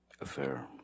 affair